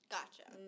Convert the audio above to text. Gotcha